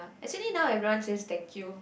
actually now everyone says thank you